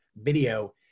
video